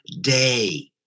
day